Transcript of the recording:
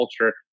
culture